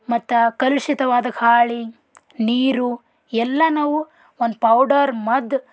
ಮತ್ತು ಕಲುಷಿತವಾದ ಗಾಳಿ ನೀರು ಎಲ್ಲ ನಾವು ಒನ್ ಪೌಡರ್ ಮದ್ದು